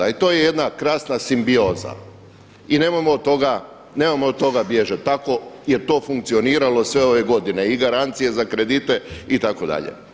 I to je jedna krasna simbioza i nemojmo od toga bježati, tako je to funkcioniralo sve ove godine i garancije za kredite itd.